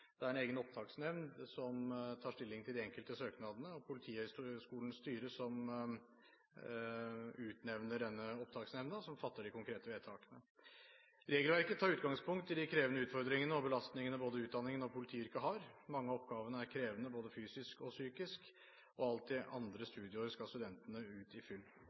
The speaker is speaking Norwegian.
Det er en egen opptaksnemnd som tar stilling til de enkelte søknadene, og det er Politihøgskolens styre som utnevner denne opptaksnemnden som fatter de konkrete vedtakene. Regelverket tar utgangspunkt i de krevende utfordringene og belastningene både utdanningen og politiyrket har. Mange av oppgavene er krevende både fysisk og psykisk, og alt i andre studieår skal studentene ut i full